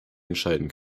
entscheiden